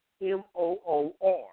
M-O-O-R